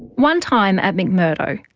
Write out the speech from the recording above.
one time at mcmurdo,